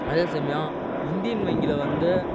அதே சமயம் இந்தியன் வங்கியில் வந்து